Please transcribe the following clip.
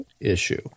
issue